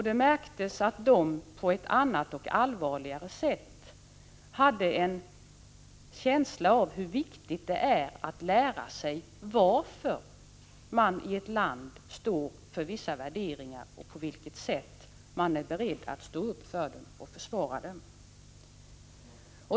Det märktes att de på ett annat och allvarligare sätt hade en känsla av hur viktigt det är att lära sig varför man i ett land står för vissa värderingar och på vilket sätt man är beredd att stå upp för dem och försvara dem.